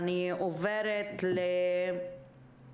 אני אבקש מכל דובר להציג את שמו ואת הגדרת תפקידו למען הפרוטוקול.